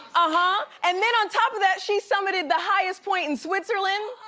ah and then on top of that, she summited the highest point in switzerland,